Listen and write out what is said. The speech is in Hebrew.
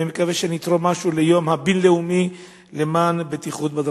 אני מקווה שנתרום משהו ליום הבין-לאומי למען בטיחות בדרכים.